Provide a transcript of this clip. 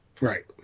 Right